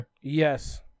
Yes